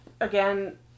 again